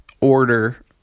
order